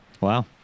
Wow